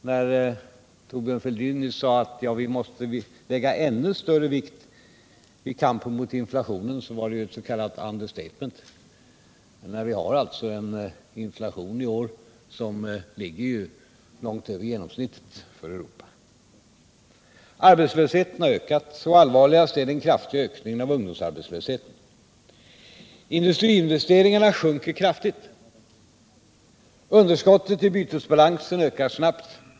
När Thorbjörn Fälldin nyss sade att vi måste lägga ännu större vikt vid kampen mot inflationen var det ju ett s.k. understatement. Vi har en inflation som ligger långt över genomsnittet för Europa. Arbetslösheten har ökat. Allvarligast är den kraftiga ökningen av ungdomsarbetslösheten. Industriinvesteringarna sjunker kraftigt. Underskottet i bytesbalansen ökar snabbt.